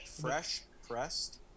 fresh-pressed